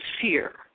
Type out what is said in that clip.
fear